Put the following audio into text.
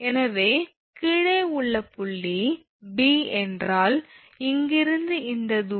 எனவே கீழே உள்ள புள்ளி 𝐵 என்றால் இங்கிருந்து இந்த தூரம் 𝑑2 𝑑1